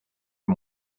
que